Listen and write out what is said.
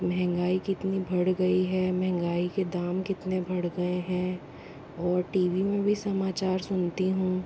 महंगाई कितनी बढ़ गई हैं महंगाई के दाम कितने बढ़ गए हैं और टी वी में भी समाचार सुनती हूँ